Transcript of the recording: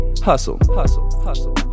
Hustle